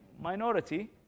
minority